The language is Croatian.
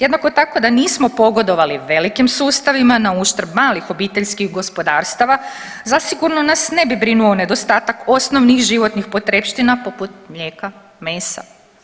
Jednako tako da nismo pogodovali velikim sustavima na uštrb malih obiteljskih gospodarstava zasigurno nas ne bi brinuo nedostatak osnovnih životnih potrepština poput mlijeka, mesa.